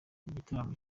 igitaramo